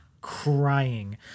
crying